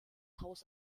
haus